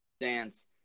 Dance